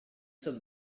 sommes